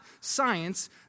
science